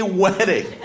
wedding